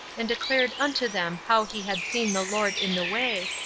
and declared unto them how he had seen the lord in the way,